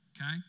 Okay